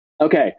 Okay